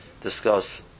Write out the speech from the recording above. discuss